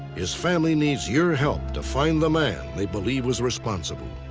his family needs your help to find the man they believe was responsible.